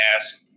ask